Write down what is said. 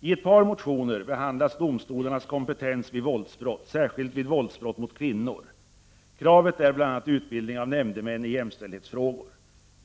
I ett par motioner behandlas domstolarnas kompetens vid våldsbrott, särskilt vid våldsbrott mot kvinnor. Kravet är bl.a. utbildning i jämställdhetsfrågor för nämndemän.